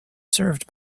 served